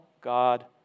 God